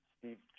Steve